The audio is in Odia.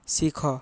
ଶିଖ